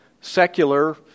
secular